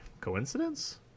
Coincidence